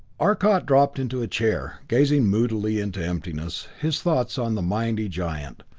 arcot dropped into a chair, gazing moodily into emptiness, his thoughts on the mighty giant,